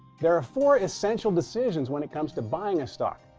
there are four essential decisions when it comes to buying a stock.